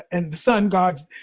and the sun gods,